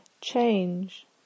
change